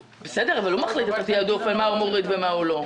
בסדר, אבל הוא מחליט תעדוף ומה הוא מוריד ומה לא.